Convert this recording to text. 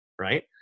right